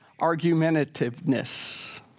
argumentativeness